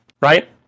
right